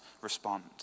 respond